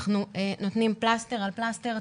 אנחנו נותנים פלסתר על פלסתר,